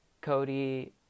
cody